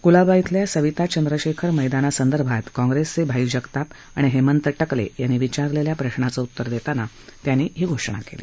कुलाबा श्विल्या सविता चंद्रशेखर मद्रानासंदर्भात काँग्रेसचे भाई जगताप आणि हेंमत केले यांनी विचारलेल्या प्रशाचं उत्तर देताना त्यांनी ही घोषणा केली